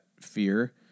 fear